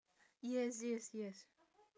yes yes yes